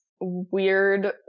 weird